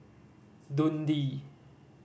Dundee